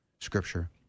scripture